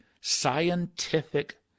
scientific